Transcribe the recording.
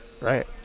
right